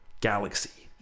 galaxy